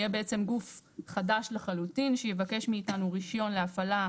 יהיה בעצם גוף חדש לחלוטין שיבקש מאתנו רישיון להפעלה,